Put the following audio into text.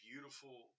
beautiful